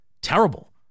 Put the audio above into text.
terrible